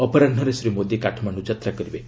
ଅପରାହ୍ରରେ ଶ୍ରୀ ମୋଦି କାଠମାଣ୍ଡୁ ଯାତ୍ରା କରିବେ